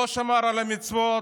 לא שמר על המצוות.